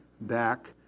back